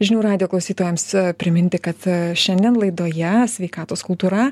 žinių radijo klausytojams priminti kad šiandien laidoje sveikatos kultūra